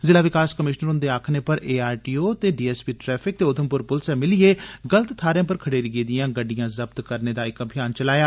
जिला विकास कमीश्नर हुन्दे आक्खने पर A R T O D S P traffic ते उघमपुर पुलसै भिलिए गलत थारें पर खडेरी गेदियां गड्डियां जब्त करने दा इक अभियान चलाया